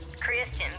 Christian